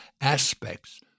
aspects